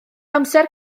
amser